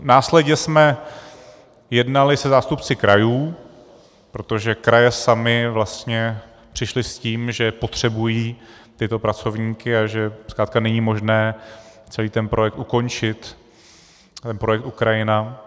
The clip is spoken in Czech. Následně jsme jednali se zástupci krajů, protože kraje samy vlastně přišly s tím, že potřebují tyto pracovníky a že zkrátka není možné celý ten projekt ukončit, ten projekt Ukrajina.